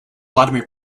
vladimir